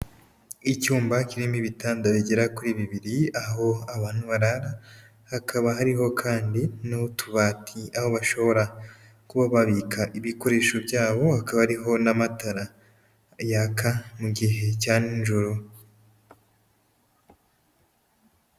Icyumba kirimo ibitanda bigera kuri bibiri aho abantu barara, hakaba hariho kandi n'utubati aho bashobora kuba babika ibikoresho byabo, hakaba hariho n'amatara yaka mu gihe cya nijoro.